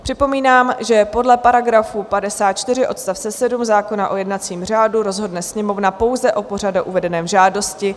Připomínám, že podle § 54 odst. 7 zákona o jednacím řádu rozhodne Sněmovna pouze o pořadu uvedeném v žádosti.